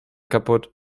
kaputt